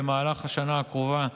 במהלך השנה הקרובה,